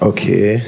Okay